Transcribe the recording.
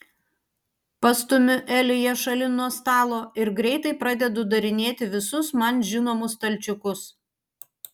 pastumiu eliją šalin nuo stalo ir greitai pradedu darinėti visus man žinomus stalčiukus